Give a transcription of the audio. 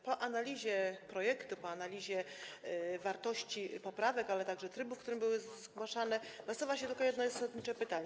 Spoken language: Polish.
Po analizie projektu, po analizie wartości poprawek, ale także trybu, w którym były zgłaszane, nasuwa się tylko jedno zasadnicze pytanie.